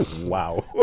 Wow